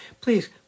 Please